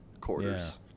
quarters